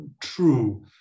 true